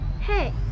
Hey